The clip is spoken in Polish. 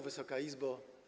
Wysoka Izbo!